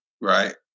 right